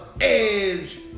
edge